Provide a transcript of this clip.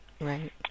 Right